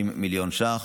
מיליון ש"ח,